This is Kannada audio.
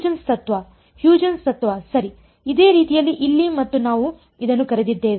ಹ್ಯೂಜೆನ್ಸ್ ತತ್ವ ಸರಿ ಅದೇ ರೀತಿ ಇಲ್ಲಿ ಮತ್ತು ನಾವು ಇದನ್ನು ಕರೆದಿದ್ದೇವೆ